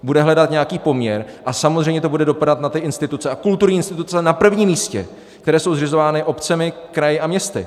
Bude hledat nějaký poměr a samozřejmě to bude dopadat na ty instituce, a kulturní instituce na prvním místě, které jsou zřizovány obcemi, kraji a městy.